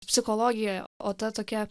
psichologija o ta tokia